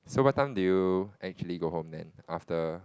so what time do you actually go home then after